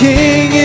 King